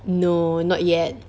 no not yet